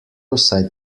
vsaj